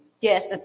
Yes